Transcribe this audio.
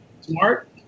smart